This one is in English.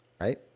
right